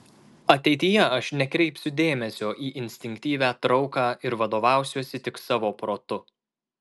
ateityje aš nekreipsiu dėmesio į instinktyvią trauką ir vadovausiuosi tik savo protu